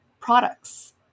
products